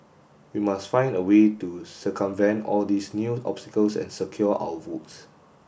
we must find a way to circumvent all these new obstacles and secure our votes